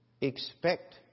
expect